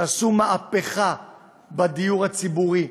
שעשו מהפכה בדיור הציבורי,